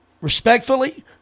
respectfully